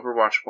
Overwatch